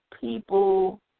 people